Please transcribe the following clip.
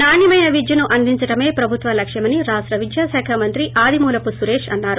నాణ్నమెన విద్యను అందించడమే ప్రభుత్వ లక్ష్యమని రాష్ట విద్య శాఖ మంత్రి ఆదిమూలపు సురేష్ అన్నారు